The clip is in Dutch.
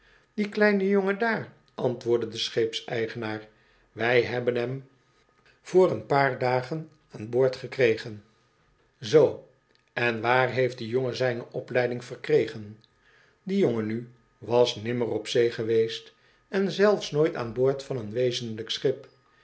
die kleine jongen daar antwoordde de scheepseigenaar wij hebben hem vr een paar dagen aan boord gekregen zoo en waar heeft die jongen zijne opleiding verkregen die jongen nu was nimmer op zee geweest en zelfs nooit aan boord van een wezenlijk schip